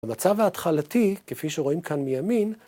במצב ההתחלתי, כפי שרואים כאן מימין,